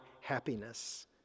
happiness